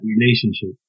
relationship